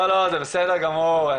לא, זה בסדר גמור.